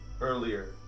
earlier